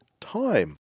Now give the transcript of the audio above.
time